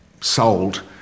sold